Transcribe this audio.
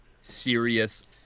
serious